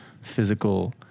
physical